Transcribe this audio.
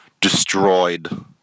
destroyed